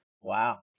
Wow